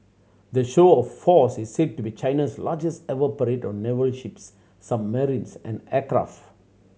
the show of force is said to be China's largest ever parade of naval ships submarines and aircraft